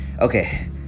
okay